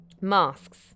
masks